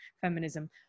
feminism